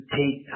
take